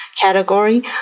category